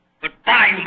Goodbye